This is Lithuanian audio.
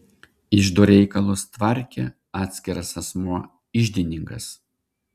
iždo reikalus tvarkė atskiras asmuo iždininkas